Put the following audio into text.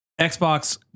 Xbox